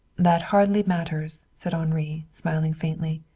that hardly matters, said henri, smiling faintly.